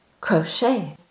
crochet